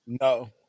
No